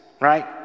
right